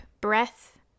breath